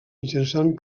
mitjançant